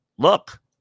Look